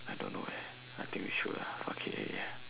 I don't know eh I think we should ah fuck it already